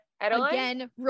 Again